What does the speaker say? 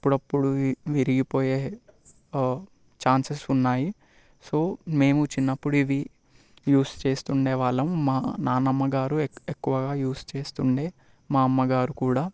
అప్పుడప్పుడు విరిగిపోయే ఛాన్సెస్ ఉన్నాయి సో మేము చిన్నప్పుడే ఇవి యూస్ చేస్తూ ఉండే వాళ్ళం మా నానమ్మ గారు ఎక్కువగా యూజ్ చేస్తూ ఉండే మా అమ్మగారు కూడా